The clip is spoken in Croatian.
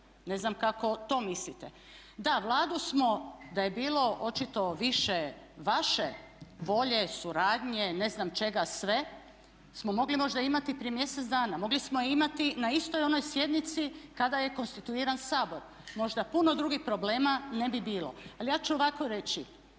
Ne znam kako to mislite. Da, Vladu smo da je bilo očito više vaše volje, suradnje, ne znam čega sve smo mogli možda imati i prije mjesec dana. Mogli smo je imati na istoj onoj sjednici kada je konstituiran Sabor, možda puno drugih problema ne bi bilo. Ali ja ću ovako reći,